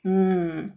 mm